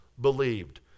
believed